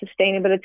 sustainability